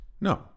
No